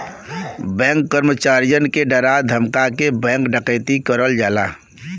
bank कर्मचारियन के डरा धमका के बैंक डकैती करल जाला